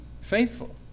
faithful